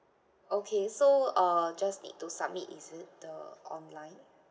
okay so uh just need to submit is it the online